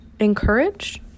encourage